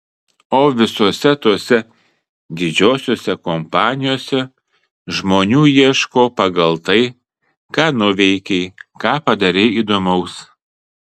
o visose tose didžiosiose kompanijose žmonių ieško pagal tai ką nuveikei ką padarei įdomaus